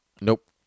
Nope